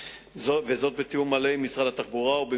את אדוני, אני יודע מתי הוא נכנס לתפקיד.